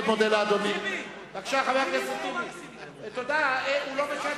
אנחנו לא בשעת